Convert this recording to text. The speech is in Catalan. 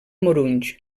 morunys